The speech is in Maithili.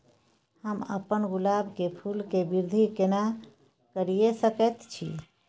हम अपन गुलाब के फूल के वृद्धि केना करिये सकेत छी?